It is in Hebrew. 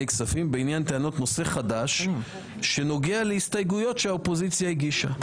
כספים בעניין טענות נושא חדש שנוגע להסתייגויות שהאופוזיציה הגישה.